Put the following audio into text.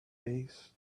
based